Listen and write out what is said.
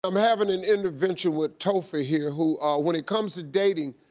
i'm having an intervention with topher here, who when it comes to dating,